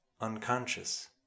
unconscious